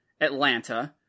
Atlanta